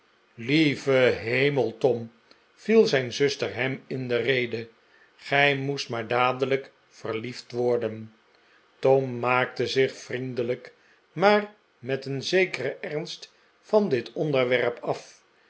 lieve hemel tom viel zijn zuster hem in de rede gij moest maar dadelijk verliefd worden tom maakte zich vriendelijk maar met een zekeren ernst van dit onderwerp af